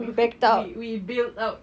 we we bail out